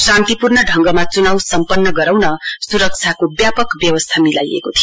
शान्तिपूर्ण ढङ्गमा चुनाउ सम्पन्न गराउन सुरक्षाको व्यापक व्यवस्था मिलाइएको थियो